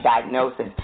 diagnosis